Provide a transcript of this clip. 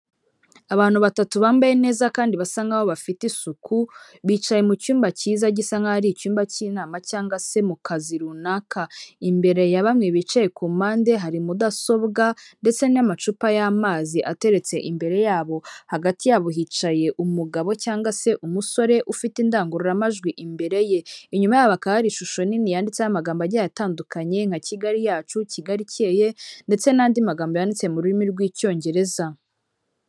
Abantu batatu bambaye neza kandi basa nkaho bafite isuku, bicaye mu cyumba cyiza gisa nkaho ari icyumba cy'inama cyangwa se mu kazi runaka. Imbere ya bamwe bicaye ku mpande, hari mudasobwa ndetse n'amacupa y'amazi ateretse imbere yabo. Hagati yabo hicaye umugabo cyangwa se umusore ufite indangururamajwi imbere ye. Inyuma yabo hakaba hari ishusho nini yanditseho amagambo agiye atandukanye nka Kigali yacu, Kigali icyeye ndetse n'andi magambo yanditse mu rurimi rw'icyongereza.